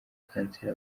kanseri